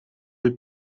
the